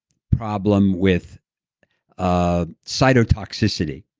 problem with ah cytotoxicity.